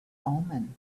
omen